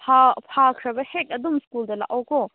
ꯐꯥ ꯐꯥꯈ꯭ꯔꯒ ꯍꯦꯛ ꯑꯗꯨꯝ ꯁ꯭ꯀꯨꯜꯗ ꯂꯥꯛꯑꯣꯀꯣ